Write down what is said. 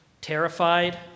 terrified